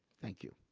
thank you.